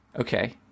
Okay